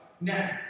now